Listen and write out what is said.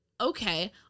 okay